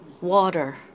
water